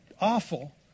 awful